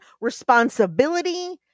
responsibility